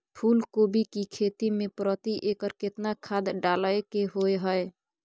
फूलकोबी की खेती मे प्रति एकर केतना खाद डालय के होय हय?